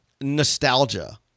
nostalgia